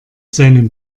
seinem